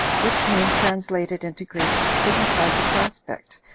which name, translated into greek, signifies a prospect,